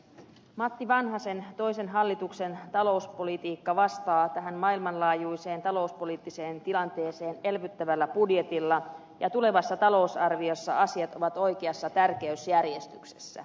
matti vanhasen toisen hallituksen talouspolitiikka vastaa tähän maailmanlaajuiseen talouspoliittiseen tilanteeseen elvyttävällä budjetilla ja tulevassa talousarviossa asiat ovat oikeassa tärkeysjärjestyksessä